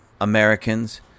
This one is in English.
Americans